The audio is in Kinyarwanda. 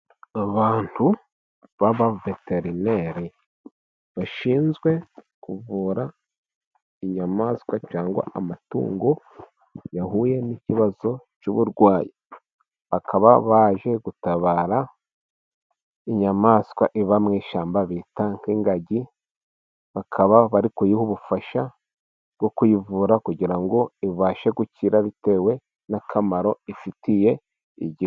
Abantu b'abaveterineri bashinzwe kuvura inyamaswa cyangwa amatungo yahuye n'ikibazo cy'uburwayi, bakaba baje gutabara inyamaswa iva mu ishyamba bita nk'ingagi. Bakaba bari kuyiha ubufasha bwo kuyivura kugira ngo ibashe gukira bitewe n'akamaro ifitiye igihugu.